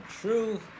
true